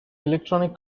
electronic